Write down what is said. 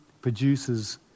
produces